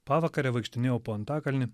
pavakare vaikštinėjau po antakalnį